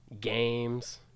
games